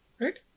Right